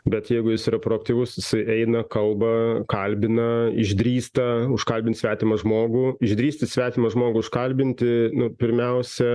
bet jeigu jis yra proaktyvus jisai eina kalba kalbina išdrįsta užkalbint svetimą žmogų išdrįsti svetimą žmogų užkalbinti nu pirmiausia